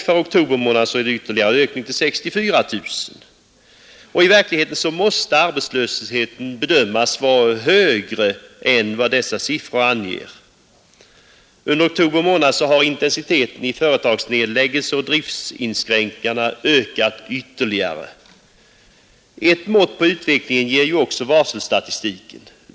För oktober månad är det en ytterligare ökning till 64 000. I verkligheten måste arbetslösheten bedömas vara högre än vad dessa siffror anger. Under oktober månad har intensiteten i företagsnedläggelser och driftsinskränk ningar ökat ytterligare. Ett mått på utvecklingens allvar ger också varselstatistiken.